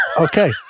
Okay